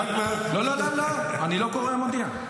לא לא לא, אני לא קורא המודיע.